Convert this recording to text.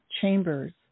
chambers